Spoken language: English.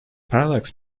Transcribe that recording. parallax